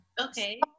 okay